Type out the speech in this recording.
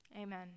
Amen